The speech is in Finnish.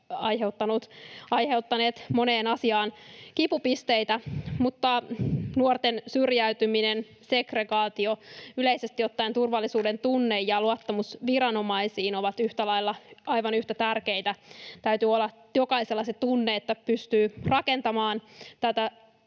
aiheuttaneet moneen asiaan kipupisteitä, mutta nuorten syrjäytyminen, segregaatio, yleisesti ottaen turvallisuudentunne ja luottamus viranomaisiin ovat yhtä lailla aivan yhtä tärkeitä. Täytyy olla jokaisella tunne, että pystyy rakentamaan tätä